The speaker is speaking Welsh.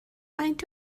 faint